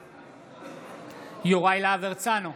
בעד יוראי להב הרצנו,